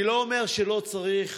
אני לא אומר שלא צריך